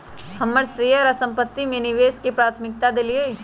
हम शेयर आऽ संपत्ति में निवेश के प्राथमिकता देलीयए